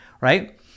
Right